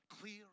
clear